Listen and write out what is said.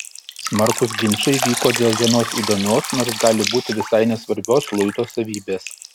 smarkūs ginčai vyko dėl vienos įdomios nors gali būti visai nesvarbios luito savybės